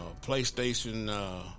PlayStation